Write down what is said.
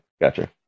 Gotcha